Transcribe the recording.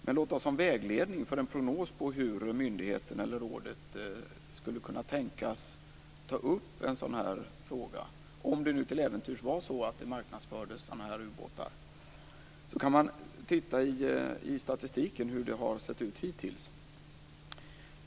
Men låt oss som vägledning göra en prognos för hur myndigheten eller rådet skulle kunna tänkas ta upp en sådan här fråga, om det nu till äventyrs var så att det marknadsfördes ubåtar. Vi kan se i statistiken hur det har sett ut hittills.